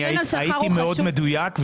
הייתי מאוד מדויק,